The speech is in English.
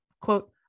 quote